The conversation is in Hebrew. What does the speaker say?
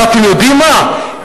ואתם יודעים מה,